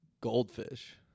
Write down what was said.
Goldfish